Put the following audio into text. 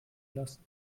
lassen